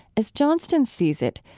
as johnston sees it,